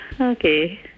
okay